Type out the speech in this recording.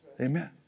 Amen